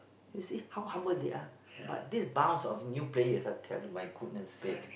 you see how humble they are but these bounce of new players I tell you my goodness sake